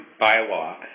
bylaw